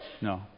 No